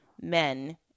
men